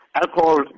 alcohol